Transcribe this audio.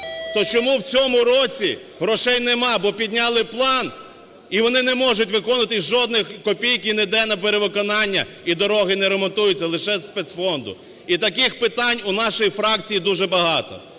то чому в цьому році грошей немає? Бо підняли план - і вони не можуть виконувати, жодної копійки не йде на перевиконання, і дороги не ремонтуються, лише з спецфонду. І таких питань у нашої фракції дуже багато.